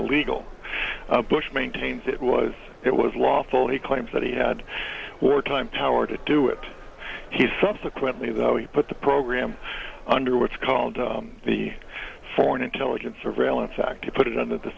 illegal bush maintains it was it was lawful he claims that he had wartime tower to do it he subsequently though he put the program under what's called the foreign intelligence surveillance act he put it under the